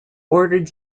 ordered